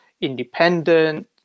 independent